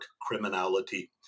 criminality